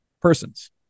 persons